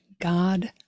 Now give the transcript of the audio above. God